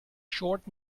short